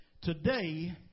Today